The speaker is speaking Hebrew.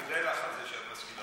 אני מודה לך על זה שאת משכילה אותי.